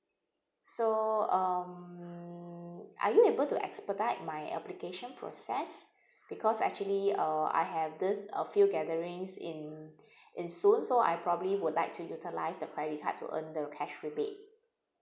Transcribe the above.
so um are you able to expedite my application process because actually uh I have this a few gatherings in in soon so I probably would like to utilise the credit card to earn the cash rebate